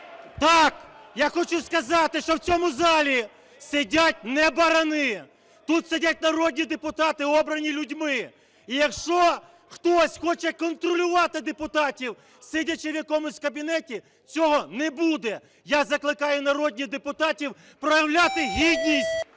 так! – я хочу сказати, що в цьому залі сидять не барани! Тут сидять народні депутати, обрані людьми. І якщо хтось хоче контролювати депутатів, сидячи в якомусь кабінеті, цього не буде! Я закликаю народних депутатів проявляти гідність.